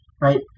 Right